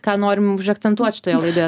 ką norim užakcentuot šitoje laidoje